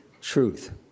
truth